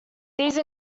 these